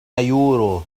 يورو